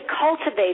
cultivate